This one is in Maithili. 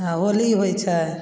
होली होइ छै